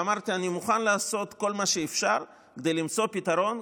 ואמרתי: אני מוכן לעשות כל מה שאפשר כדי למצוא פתרון,